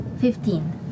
Fifteen